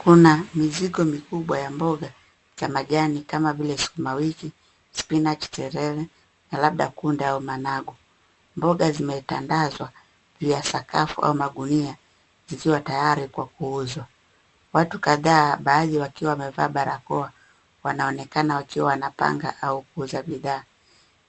Kuna mizigo mikubwa ya mboga za majani kama vile sukumawiki, spinach , terere na labda kunde au managu. Mboga zimetandazwa juu ya sakafu au magunia zikiwa tayari kwa kuuzwa. Watu kadhaa baadhi wakiwa wamevaa barakoa wanaonekana wakiwa wanapanga au kuuza bidhaa.